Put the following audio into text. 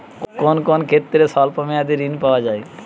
কোন কোন ক্ষেত্রে স্বল্প মেয়াদি ঋণ পাওয়া যায়?